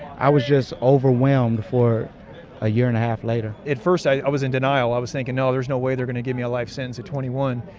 i was just overwhelmed before a year and a half later at first, i i was in denial. i was thinking, no. there's no way they're going to give me a life sentence at twenty one.